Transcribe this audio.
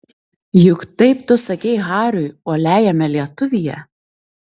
juk taip tu sakei hariui uoliajame lietuvyje